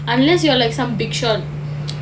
unless you are like some big shot